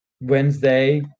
Wednesday